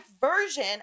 version